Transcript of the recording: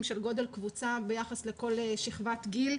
של גודל קבוצה ביחס לכל שכבת גיל.